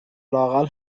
لااقل